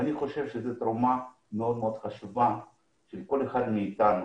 אני חושב שזאת תרומה מאוד מאוד חשובה של כל אחד מאתנו,